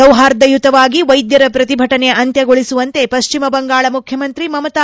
ಸೌಹಾರ್ದಯುತವಾಗಿ ವೈದ್ಯರ ಪ್ರತಿಭಟನೆ ಅಂತ್ಲಗೊಳಿಸುವಂತೆ ಪಶ್ಚಿಮ ಬಂಗಾಳ ಮುಖ್ಯಮಂತ್ರಿ ಮಮತಾ